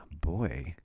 boy